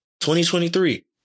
2023